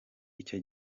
icyo